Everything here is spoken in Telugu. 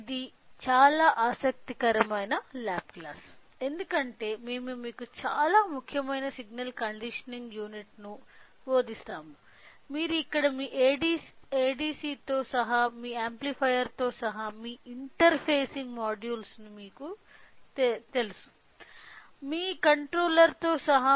ఇది చాలా ఆసక్తికరమైన ల్యాబ్ క్లాస్ ఎందుకంటే మేము మీకు చాలా ముఖ్యమైన సిగ్నల్ కండిషనింగ్ యూనిట్ను బోధిస్తాము ఇక్కడ మీరు ఇంటర్ఫేసింగ్ మోడ్యూల్స్ ను ఆంప్లిఫైర్స్ ను ఏడీసి మరియు కంట్రోలర్స్ ను చూస్తారు